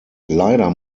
leider